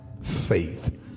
faith